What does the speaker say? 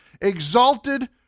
exalted